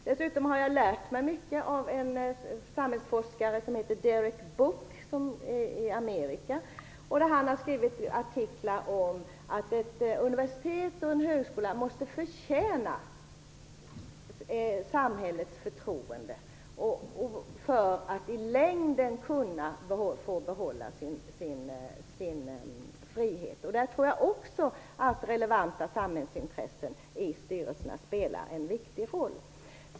Dels har jag lärt mig mycket av jämställdhetsforskaren Derek Book i Amerika, som har skrivit artiklar om att ett universitet och en högskola måste förtjäna samhällets förtroende för att i längden kunna behålla sin frihet. Där tror jag också att relevanta samhällsintressen i styrelserna spelar en viktig roll.